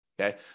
okay